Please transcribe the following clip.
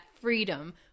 freedom